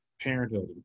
parenthood